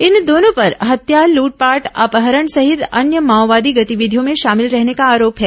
इन दोनों पर हत्या लूटपाट अपहरण सहित अन्य माओवादी गतिविधियों में शामिल रहने का आरोप है